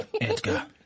Edgar